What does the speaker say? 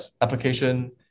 application